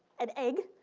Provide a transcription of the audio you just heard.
and egg,